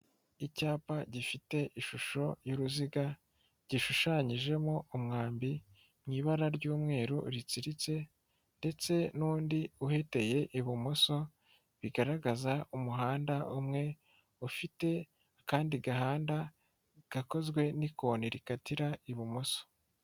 Icyapa gifite ishusho y'uruziga gishushanyijemo umwambi mu ibara ry'umweru ritsiritse ndetse n'undi uheteye ibumoso bigaragaza umuhanda umwe ufite akandi gahanda gakozwe n'ikoni rikatira ibumoso.